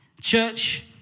church